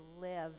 live